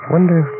Wonder